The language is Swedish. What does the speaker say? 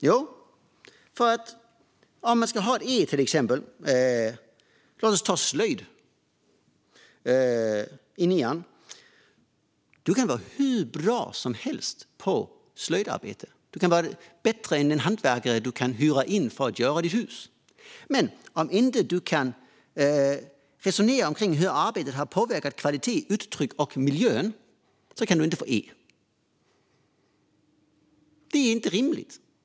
Jo, för att om du till exempel ska ha ett E i slöjd i nian kan du vara hur bra som helst på slöjdarbete - till och med bättre än en hantverkare som du kan hyra in för att göra i ordning ditt hus - men om du inte kan resonera kring hur arbetet har påverkat kvalitet, uttryck och miljö kan du inte få något E. Det är inte rimligt.